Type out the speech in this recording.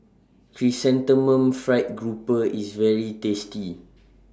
Chrysanthemum Fried Grouper IS very tasty